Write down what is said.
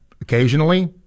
occasionally